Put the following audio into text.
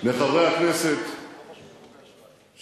מחברי הכנסת שהזכרתי,